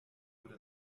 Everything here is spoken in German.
wurde